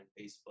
facebook